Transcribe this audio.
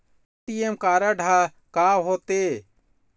ATM card हा का होते?